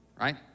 right